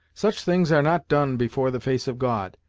such things are not done before the face of god,